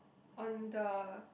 on the